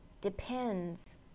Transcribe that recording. depends